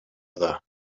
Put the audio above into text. other